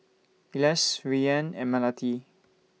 Elyas Rayyan and Melati